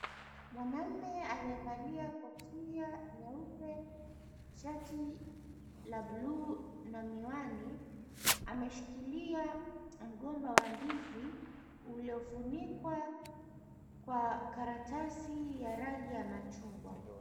Mwanaume anayevalia kofia nyeupe, shati la buluu na miwani ameshikilia mgomba wa ndizi uliofunikwa kwa karatasi ya rangi ya machungwa.